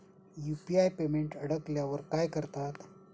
UPI payment अडकल्यावर काय करतात?